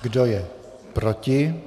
Kdo je proti?